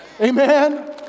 Amen